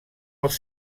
els